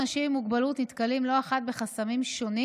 אנשים עם מוגבלות נתקלים לא אחת בחסמים שונים